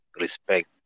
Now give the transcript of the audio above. respect